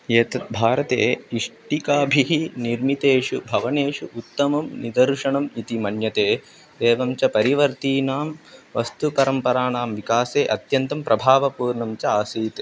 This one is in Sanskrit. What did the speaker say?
एतत् भारते इष्टिकाभिः निर्मितेषु भवनेषु उत्तमं निदर्शनम् इति मन्यते एवं च परिवर्तीनां वस्तुपरम्पराणां विकासे अत्यन्तं प्रभावपूर्णं च आसीत्